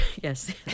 Yes